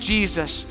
Jesus